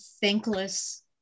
thankless